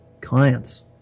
clients